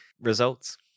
results